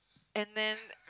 and then